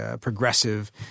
progressive